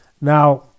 Now